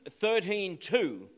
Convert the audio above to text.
13.2